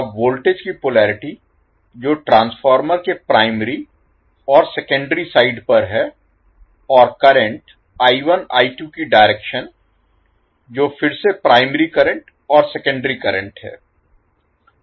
अब वोल्टेज की पोलरिटी जो ट्रांसफार्मर के प्राइमरी और सेकेंडरी साइड पर है और करंट की डायरेक्शन जो फिर से प्राइमरी करंट और सेकेंडरी करंट है